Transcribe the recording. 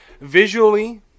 visually